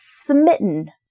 smitten